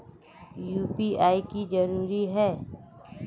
UPI की जरूरी है?